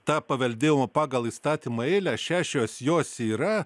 tą paveldėjimo pagal įstatymą eilę šešios jos yra